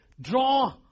draw